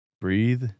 breathe